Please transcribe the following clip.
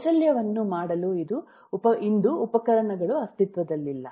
ಕೌಶಲ್ಯವನ್ನು ಮಾಡಲು ಇಂದು ಉಪಕರಣಗಳು ಅಸ್ತಿತ್ವದಲ್ಲಿಲ್ಲ